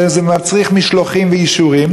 וזה מצריך משלוחים ואישורים,